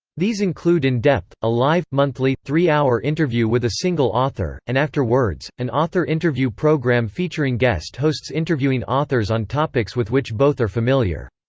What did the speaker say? these include in depth, a live, monthly, three-hour interview with a single author, and after words, an author interview program featuring guest hosts interviewing authors on topics with which both are familiar.